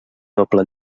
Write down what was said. doble